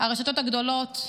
הרשתות הגדולות,